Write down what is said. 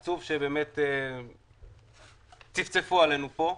עצוב שצפצפו עלינו פה ככנסת,